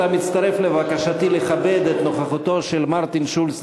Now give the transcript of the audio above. אתה מצטרף לבקשתי לכבד את נוכחותו של מרטין שולץ,